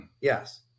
Yes